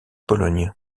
pologne